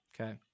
Okay